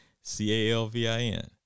C-A-L-V-I-N